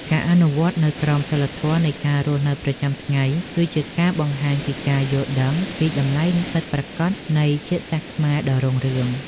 ការអនុវត្តនូវក្រមសីលធម៌នៃការរស់នៅប្រចាំថ្ងៃគឺជាការបង្ហាញពីការយល់ដឹងពីតម្លៃពិតប្រាកដនៃជាតិសាសន៍ខ្មែរដ៏រុងរឿង។